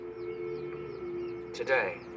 Today